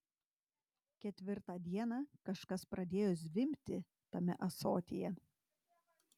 ketvirtą dieną kažkas pradėjo zvimbti tame ąsotyje